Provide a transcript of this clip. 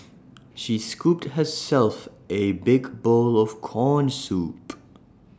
she scooped herself A big bowl of Corn Soup